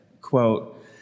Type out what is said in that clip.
Quote